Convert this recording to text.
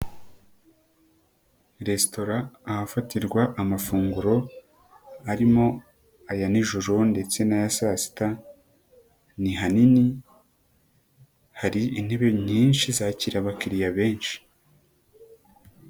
Resitora, ahafatirwa amafunguro arimo aya nijoro ndetse n'aya saa sita, ni hanini, hari intebe nyinshi zakira abakiriya benshi.